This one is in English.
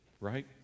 right